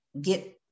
get